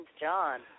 John